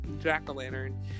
jack-o'-lantern